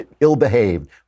ill-behaved